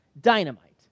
dynamite